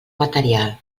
material